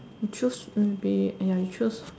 you choose maybe ya you choose